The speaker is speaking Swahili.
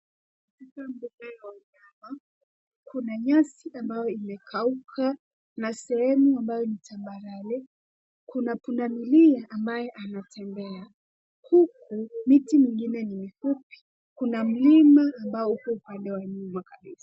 Katika mbuga ya wanyama, kuna nyasi ambayo imekauka na sehemu ambayo ni tambarare. Kuna punda milia ambaye anatembea. Huku miti mingine ni mifupi, kuna mlima ambao uko upande wa nyuma kabisa.